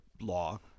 law